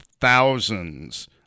thousands